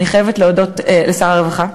אני חייבת להודות לשר הרווחה,